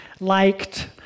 liked